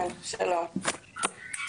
כן שלום,